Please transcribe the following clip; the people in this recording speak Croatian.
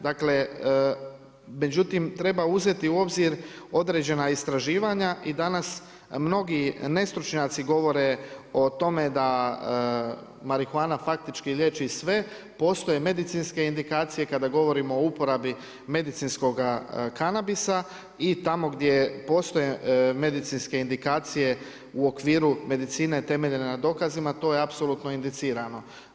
Dakle, međutim, treba uzeti u obzir određena istraživanja i danas mnogi nestručnjaci govore o tome da marihuana faktički lijeći sve, postoje medicinske indikacije kada govorimo o uporabi medicinskoga kanabisa i tamo gdje postoje medicinske indikacije u okviru medicine temeljene na dokazima, to je apsolutno indicirano.